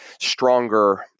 stronger